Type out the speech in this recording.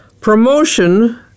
Promotion